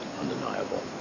undeniable